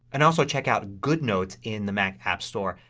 and also check out goodnotes in the mac app store.